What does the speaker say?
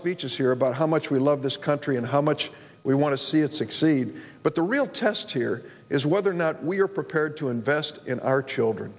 speeches here about how much we love this country and how much we want to see it succeed but the real test here is whether or not we are prepared to invest in our children